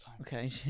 Okay